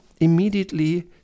immediately